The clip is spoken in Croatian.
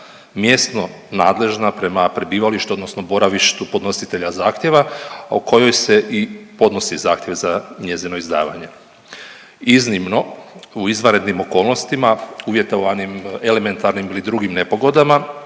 mjesno nadležna prema prebivalištu odnosno boravištu podnositelja zahtjeva u kojoj se i podnosi zahtjev za njezino izdavanje. Iznimno u izvanrednim okolnostima uvjetovanim elementarnim ili drugim nepogodama